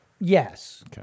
Yes